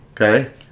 Okay